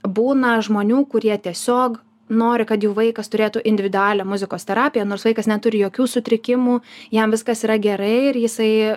būna žmonių kurie tiesiog nori kad jų vaikas turėtų individualią muzikos terapiją nors vaikas neturi jokių sutrikimų jam viskas yra gerai ir jisai